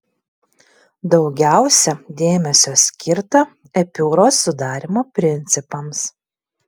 daugiausia dėmesio skirta epiūros sudarymo principams